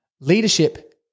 leadership